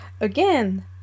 again